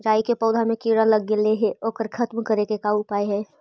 राई के पौधा में किड़ा लग गेले हे ओकर खत्म करे के का उपाय है?